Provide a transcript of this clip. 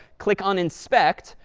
click on inspect.